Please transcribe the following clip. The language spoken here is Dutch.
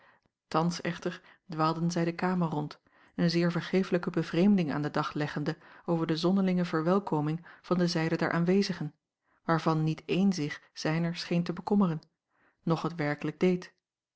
thans echter dwaalden zij de kamer rond een zeer vergeeflijke bevreemding aan den dag leggende over de zonderlinge verwelkoming van de zijde der aanwezigen waarvan niet een zich zijner scheen te bekommeren noch het werkelijk deed